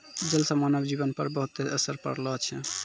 जल से मानव जीवन पर बहुते असर पड़लो छै